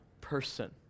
person